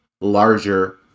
larger